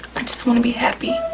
i just want to be happy.